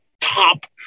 top